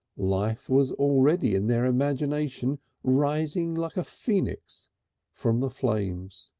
life was already in their imagination rising like a phoenix from the flames.